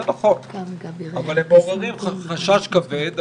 זה נכון, אבל הם מעוררים חשש כבד.